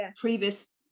previous